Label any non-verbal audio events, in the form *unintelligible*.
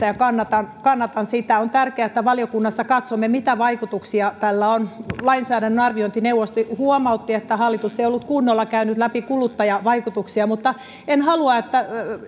*unintelligible* ja kannatan kannatan sitä on tärkeää että valiokunnassa katsomme mitä vaikutuksia tällä on lainsäädännön arviointineuvosto huomautti että hallitus ei ollut kunnolla käynyt läpi kuluttajavaikutuksia mutta en halua että